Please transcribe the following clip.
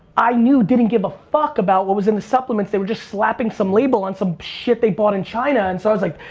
i knew didn't give a fuck about what was in the supplements, they were just slapping some label on some shit they bought in china, and so i was like.